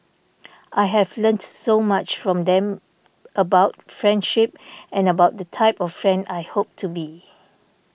I have learnt so much from them about friendship and about the type of friend I hope to be